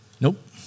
Nope